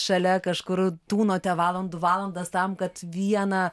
šalia kažkur tūnote valandų valandas tam kad vieną